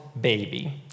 baby